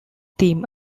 theme